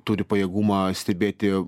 turi pajėgumą stebėti